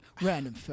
random